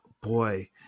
boy